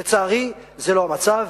לצערי, זה לא המצב.